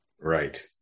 Right